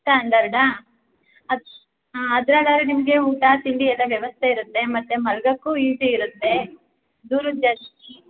ಸ್ಟ್ಯಾಂಡರ್ಡಾ ಅದು ಅದ್ರಗಾದ್ರೆ ನಿಮಗೆ ಊಟ ತಿಂಡಿ ಎಲ್ಲ ವ್ಯವಸ್ಥೆ ಇರುತ್ತೆ ಮತ್ತು ಮಲ್ಗಕ್ಕೂ ಈಜಿ ಇರುತ್ತೆ ದೂರದ ಜರ್ನಿ